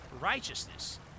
righteousness